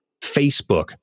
Facebook